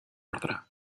ordre